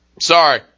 Sorry